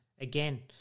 again